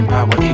Power